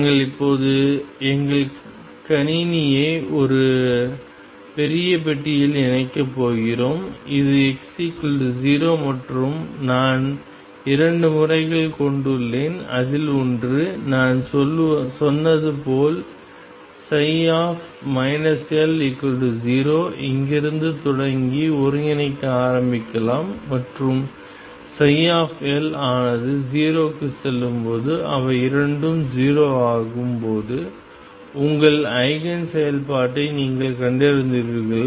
நாங்கள் இப்போது எங்கள் கணினியை ஒரு பெரிய பெட்டியில் இணைக்கப் போகிறோம் இது x0 மற்றும் நான் இரண்டு முறைகள் கொண்டுள்ளேன் அதில் ஒன்று நான் சொன்னது போல் L0 இங்கிருந்து தொடங்கி ஒருங்கிணைக்க ஆரம்பிக்கலாம் மற்றும் ψ ஆனது 0 க்குச் செல்லும்போது அவை இரண்டும் 0 ஆகும்போது உங்கள் ஐகேன் செயல்பாட்டை நீங்கள் கண்டறிந்துள்ளீர்கள்